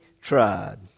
tried